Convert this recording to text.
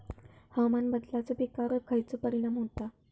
हवामान बदलाचो पिकावर खयचो परिणाम होता?